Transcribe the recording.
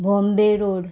Bombay road